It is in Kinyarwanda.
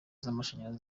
z’amashanyarazi